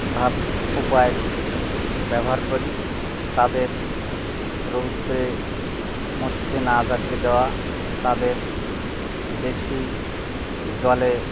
ভাব উপায়ে ব্যবহার করি তাদের রৌদ্রের মধ্যে না যাইতে দেওয়া তাদের বেশি জলে